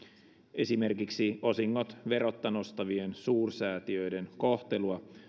esimerkiksi osingot verotta nostavien suursäätiöiden kohtelua